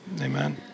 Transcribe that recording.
Amen